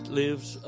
lives